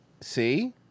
See